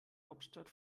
hauptstadt